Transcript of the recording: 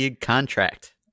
contract